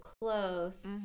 close